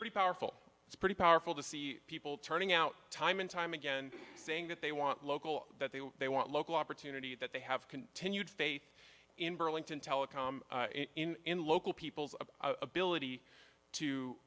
pretty powerful it's pretty powerful to see people turning out time and time again saying that they want local that they were they want local opportunity that they have continued faith in burlington telecom in local people's ability to